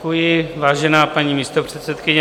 Děkuji, vážená paní místopředsedkyně.